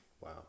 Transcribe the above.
Wow